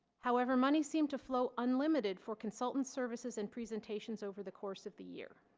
however money seemed to flow unlimited for consultant services and presentations over the course of the year.